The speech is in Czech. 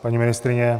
Paní ministryně?